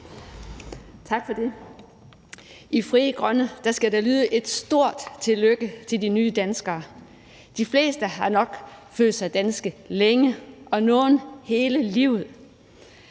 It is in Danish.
Tak for det. Fra Frie Grønne skal der lyde et stort tillykke til de nye danskere. De fleste har nok følt sig danske længe, og nogle hele livet,